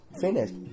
finished